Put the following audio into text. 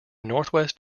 northwest